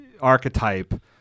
archetype